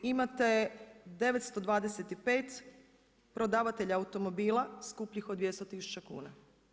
Imate 925 prodavatelja automobila skupljih od 200 000 kuna.